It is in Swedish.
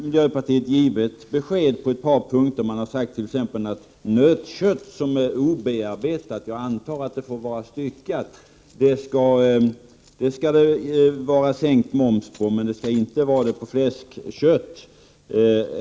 Miljöpartiet har gett besked på ett par punkter och exempelvis sagt att på nötkött som är obearbetat — jag antar att det får vara styckat — skall det vara sänkt moms men inte på fläskkött.